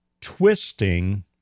twisting